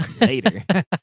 later